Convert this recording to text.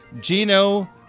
Gino